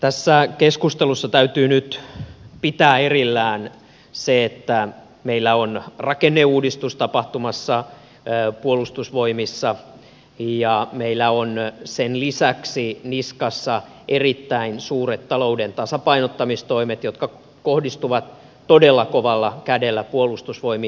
tässä keskustelussa täytyy nyt pitää erillään se että meillä on rakenneuudistus tapahtumassa puolustusvoimissa ja että meillä on sen lisäksi niskassa erittäin suuret talouden tasapainottamistoimet jotka kohdistuvat todella kovalla kädellä puolustusvoimiin